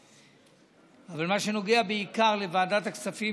אבל במה שנוגע בעיקר לוועדת הכספים,